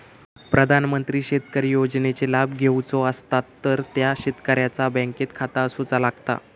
प्रधानमंत्री शेतकरी योजनेचे लाभ घेवचो असतात तर त्या शेतकऱ्याचा बँकेत खाता असूचा लागता